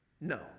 No